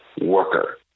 worker